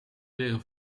leren